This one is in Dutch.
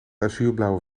azuurblauwe